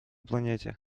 планете